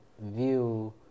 View